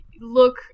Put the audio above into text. look